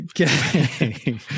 Okay